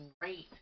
great